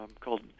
called